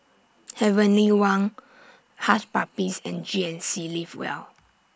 Heavenly Wang Hush Puppies and G N C Live Well